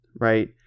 right